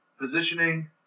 positioning